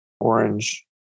orange